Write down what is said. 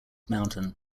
mountain